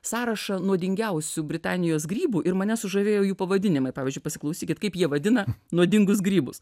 sąrašą nuodingiausių britanijos grybų ir mane sužavėjo jų pavadinimai pavyzdžiui pasiklausykit kaip jie vadina nuodingus grybus